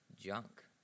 junk